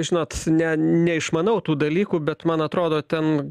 žinot ne neišmanau tų dalykų bet man atrodo ten